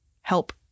help